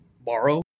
borrow